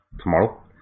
tomorrow